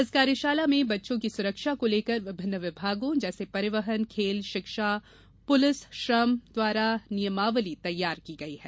इस कार्यशाला में बच्चों की सुरक्षा को लेकर विभिन्न विभागों जैसे परिवहन खेल शिक्षा पुलिस श्रम द्वारा नियमावली तैयार की गई है